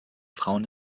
frauen